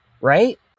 Right